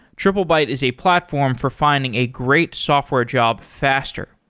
triplebyte is a platform for finding a great software job faster.